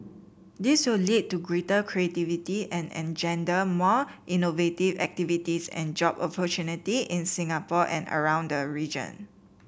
this will lead to greater creativity and engender more innovative activities and job opportunity in Singapore and around the region